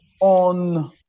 on